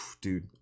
dude